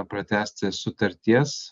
pratęsti sutarties